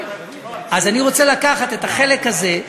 אז אני רוצה לקחת את החלק הזה,